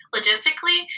Logistically